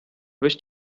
wish